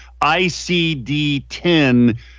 ICD-10